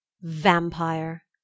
Vampire